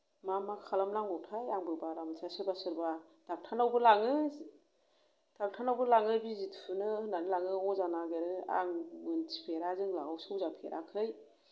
मा मा खालामनांगौथाय आंबो बारा मोनथिया सोरबा सोरबा डक्टर नावबो लाङो डक्टर नावबो लाङो बिजि थुनो होननानै लाङो अजा नागिरो आं मोन्थिफेरा जोंनाव सौजाफेराखै